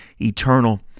eternal